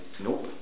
nope